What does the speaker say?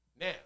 now